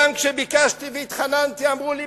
גם כשביקשתי והתחננתי אמרו לי,